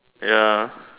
ya